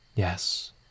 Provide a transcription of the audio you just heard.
Yes